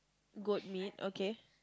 goat meat okay